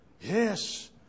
Yes